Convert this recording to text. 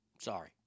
Sorry